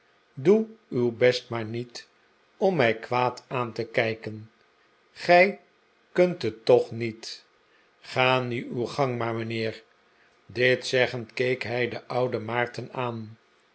doe uw best maar niet om mij kwaad aan to kijken gij kunt het toch niet ga nu uw gang maar mijnheer dit zeggend keek hij den ouden maarten aan